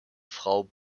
frau